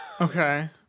Okay